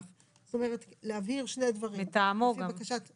3 במרץ 2022. אני פותחת את הישיבה.